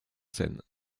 seine